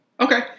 Okay